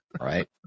Right